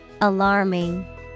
alarming